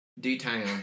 D-Town